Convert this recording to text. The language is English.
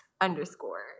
underscore